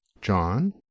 John